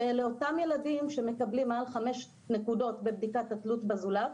שאלה אותם ילדים שמקבלים מעל חמש נקודות בבדיקת התלות בזולת,